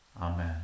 Amen